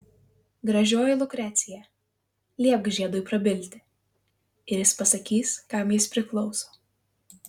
gražioji lukrecija liepk žiedui prabilti ir jis pasakys kam jis priklauso